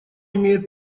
имеет